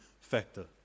factor